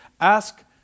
ask